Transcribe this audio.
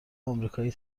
آمریکایی